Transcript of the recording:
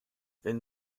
wenn